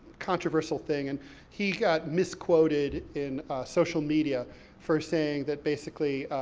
controversial thing, and he got misquoted in social media for saying that, basically,